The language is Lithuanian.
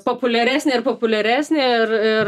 populiaresnė ir populiaresnė ir ir